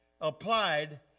applied